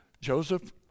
Joseph